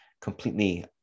completely